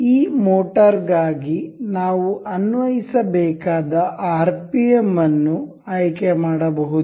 ಈ ಮೋಟರ್ ಗಾಗಿ ನಾವು ಅನ್ವಯಿಸಬೇಕಾದ ಆರ್ಪಿಎಂ ಅನ್ನು ಆಯ್ಕೆ ಮಾಡಬಹುದು